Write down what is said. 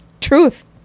truth